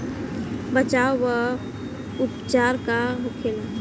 बचाव व उपचार का होखेला?